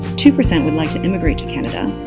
two percent would like to emigrate to canada,